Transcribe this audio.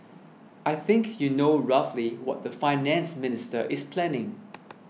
I think you know roughly what the Finance Minister is planning